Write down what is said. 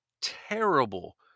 terrible